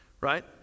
right